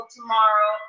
tomorrow